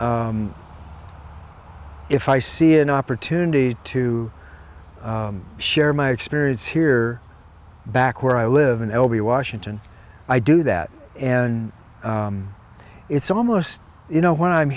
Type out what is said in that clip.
if i see an opportunity to share my experience here back where i live in l b washington i do that and it's almost you know when i'm